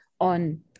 on